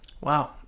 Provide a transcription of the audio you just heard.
Wow